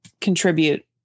contribute